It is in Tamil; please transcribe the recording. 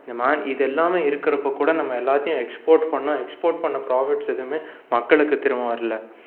இந்த மாதிரி இதெல்லாமே இருக்கிறப்போ கூட நம்ம எல்லாத்தையும் எக்ஸ்போர்ட் பண்ணோம் எக்ஸ்போர்ட் பண்ண ப்ராஃபிட்ஸ் எதுவுமே மக்களுக்கு திரும்ப வரலை